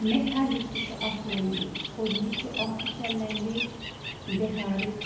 مٮ۪تھالی تہِ چھُ اَکھ لینٛگویج اور یہِ چھُ آفِشَل لینٛگویج بِہارٕچ